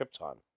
krypton